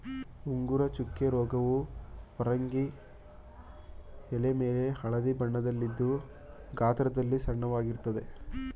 ಉಂಗುರ ಚುಕ್ಕೆ ರೋಗವು ಪರಂಗಿ ಎಲೆಮೇಲೆ ಹಳದಿ ಬಣ್ಣದಲ್ಲಿದ್ದು ಗಾತ್ರದಲ್ಲಿ ಸಣ್ಣದಾಗಿರ್ತದೆ